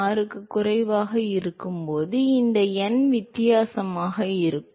6க்குக் குறைவாக இருக்கும்போது இந்த n வித்தியாசமாக இருக்கும்